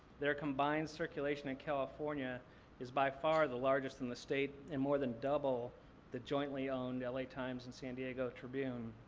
their combined circulation in california is by far the largest in the state and more than double the jointly owned la times and san diego tribune.